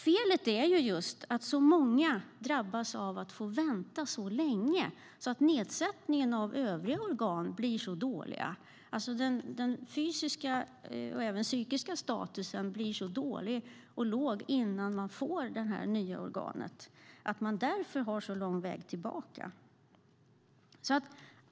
Felet är just att så många drabbas av att få vänta så länge att övriga organ blir så dåliga. Den fysiska, och även den psykiska, statusen blir så nedsatt innan man får det nya organet att man har en lång väg tillbaka.